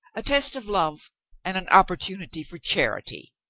a test of love and an opportunity for charity.